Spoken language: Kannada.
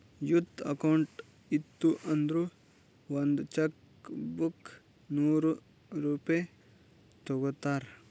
ಯೂತ್ ಅಕೌಂಟ್ ಇತ್ತು ಅಂದುರ್ ಒಂದ್ ಚೆಕ್ ಬುಕ್ಗ ನೂರ್ ರೂಪೆ ತಗೋತಾರ್